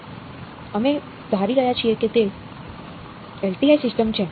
અમે ધારી રહ્યા છીએ કે તે LTI સિસ્ટમ છે